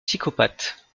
psychopathe